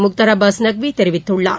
Mukhtar Abbas Naqvi கெரிவித்துள்ளார்